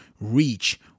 reach